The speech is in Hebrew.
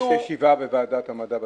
יש ישיבה בוועדת המדע והטכנולוגיה,